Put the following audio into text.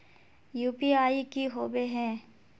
UPI की होबे है?